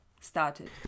started